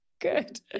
good